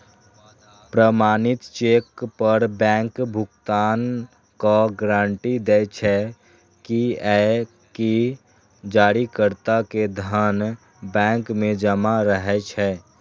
प्रमाणित चेक पर बैंक भुगतानक गारंटी दै छै, कियैकि जारीकर्ता के धन बैंक मे जमा रहै छै